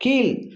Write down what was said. கீழ்